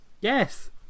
Yes